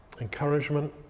Encouragement